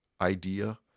idea